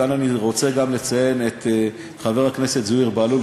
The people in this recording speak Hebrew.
כאן אני רוצה גם לציין את חבר הכנסת זוהיר בהלול,